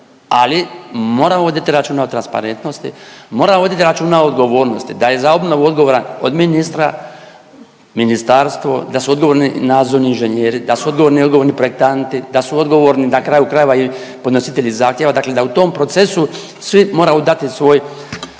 ali moramo voditi računa o transparentnosti, moramo voditi računa o odgovornosti, da je za obnovu odgovoran od ministra ministarstvo, da su odgovorni nadzorni inženjeri, da su odgovorni projektanti, da su odgovorni na kraju krajeva i podnositelji zahtjeva, dakle da u tom procesu svi moraju dati svoj